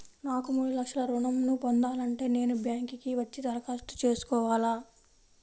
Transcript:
నాకు మూడు లక్షలు ఋణం ను పొందాలంటే నేను బ్యాంక్కి వచ్చి దరఖాస్తు చేసుకోవాలా?